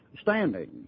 standing